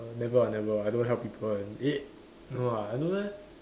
never ah never I don't help people one eh no lah I don't know lah